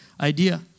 idea